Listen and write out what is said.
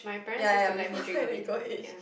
ya ya ya before my legal age